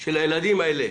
של הילדים האלה,